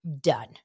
done